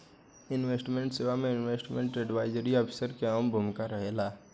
investment सेवा में investment advisory officer के अहम भूमिका रहेला